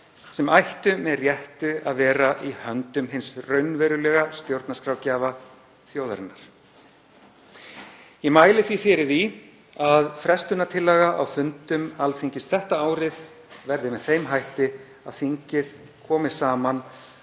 sem ættu með réttu að vera í höndum hins raunverulega stjórnarskrárgjafa, þjóðarinnar. Ég mæli því fyrir því að frestunartillaga á fundum Alþingis þetta árið verði með þeim hætti að þingið komi saman